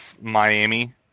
Miami